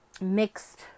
mixed